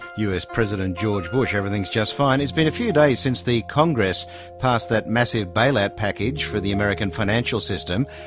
us president george bush-'everything's just fine. it's been a few days since the congress passed that massive bailout package for the american financial system.